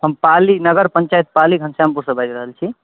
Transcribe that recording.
हम पाली नगर पञ्चायत पाली घनश्यामपुरसँ बाजि रहल छी